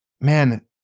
man